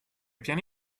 piani